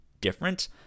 different